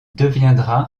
deviendra